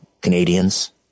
Canadians